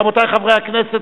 רבותי חברי הכנסת,